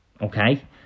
Okay